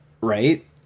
right